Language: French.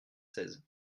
seize